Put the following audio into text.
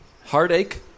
heartache